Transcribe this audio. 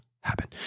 happen